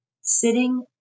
sitting